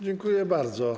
Dziękuję bardzo.